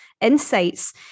insights